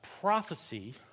prophecy